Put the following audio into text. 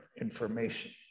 information